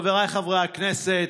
חבריי חברי הכנסת,